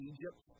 Egypt